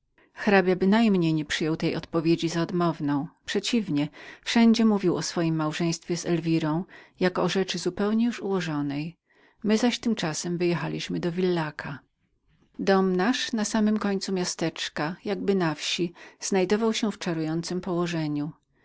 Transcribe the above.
hrabia bynajmniej nie przyjął tej odpowiedzi za odmowną przeciwnie wszędzie mówił o swojem małżeństwie z elwirą jako o rzeczy zupełnie już ułożonej my zaś tymczasem wyjechaliśmy do villaca dom nasz na samem końcu miasteczka jakby na wsi był w czarującem położeniu